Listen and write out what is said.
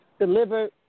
delivered